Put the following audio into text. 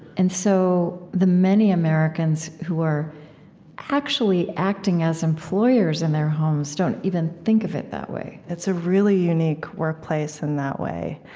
and so the many americans who are actually acting as employers in their homes don't even think of it that way it's a really unique workplace, in that way.